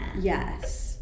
yes